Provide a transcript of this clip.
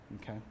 Okay